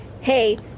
hey